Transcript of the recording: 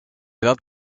edad